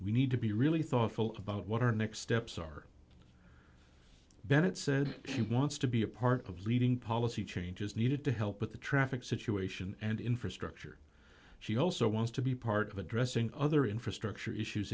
we need to be really thoughtful about what our next steps are bennett said she wants to be a part of leading policy changes needed to help with the traffic situation and infrastructure she also wants to be part of addressing other infrastructure issues